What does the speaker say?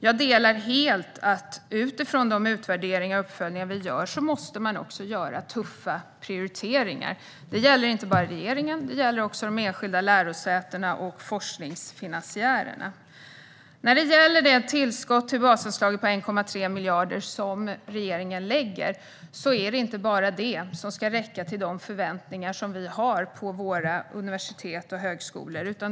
Jag delar helt uppfattningen att vi utifrån de utvärderingar och uppföljningar vi gör måste göra tuffa prioriteringar. Det gäller inte bara regeringen. Det gäller också de enskilda lärosätena och forskningsfinansiärerna. Sedan gäller det regeringens tillskott till basanslaget på 1,3 miljarder. Det är inte bara det som ska räcka till det som vi förväntar oss av våra universitet och högskolor.